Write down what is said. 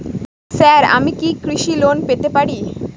Sir আমি কি কৃষি লোন পেতে পারি?